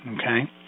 Okay